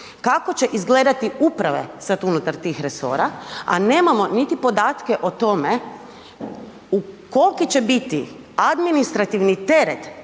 kako će izgledati uprave sada unutar tih resora, a nemamo niti podatke o tome koliki će biti administrativni teret